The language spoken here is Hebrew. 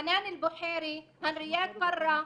חנאן אל בוחרי, הנרייה פארה,